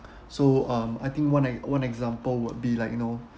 so um I think one ex~ one example would be like you know